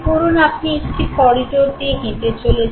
ধরুন আপনি একটি করিডোর দিয়ে হেঁটে চলেছেন